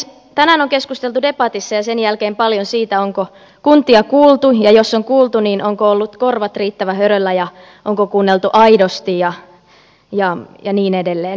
tänään on keskusteltu debatissa ja sen jälkeen paljon siitä onko kuntia kuultu ja jos on kuultu niin ovatko olleet korvat riittävän höröllä ja onko kuunneltu aidosti ja niin edelleen